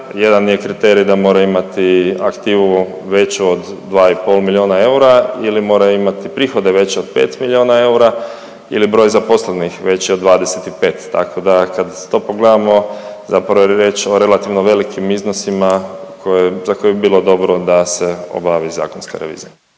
Jedan je kriterij da mora imati aktivu veću od 2 i pol milijuna eura ili mora imati prihode veće od 5 milijona eura ili broj zaposlenih veći od 25, tako da kad to pogledamo zapravo je riječ o relativno velikim iznosima za koje bi bilo dobro da se obavi zakonska revizija.